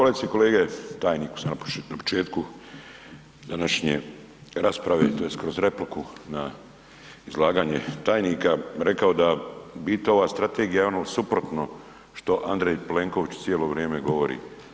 Kolegice i kolege, tajniku sam na početku današnje rasprave tj. kroz repliku na izlaganje tajnika rekao da u biti ova strategija je ono suprotno što Andrej Plenković cijelo vrijeme govori.